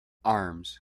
arms